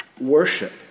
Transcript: Worship